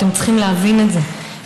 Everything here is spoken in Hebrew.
אתם צריכים להבין את זה,